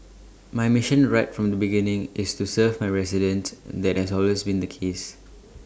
my mission right from the beginning is to serve my residents that has always been the case